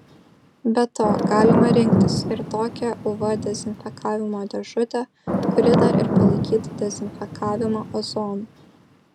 be to galima rinktis ir tokią uv dezinfekavimo dėžutę kuri dar ir palaikytų dezinfekavimą ozonu